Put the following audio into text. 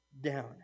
down